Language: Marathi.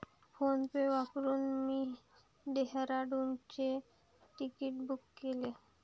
फोनपे वापरून मी डेहराडूनचे तिकीट बुक केले